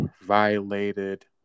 violated